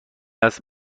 است